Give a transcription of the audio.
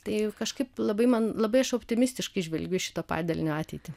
tai kažkaip labai man labai aš optimistiškai žvelgiu į šito padalinio ateitį